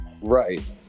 right